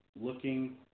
looking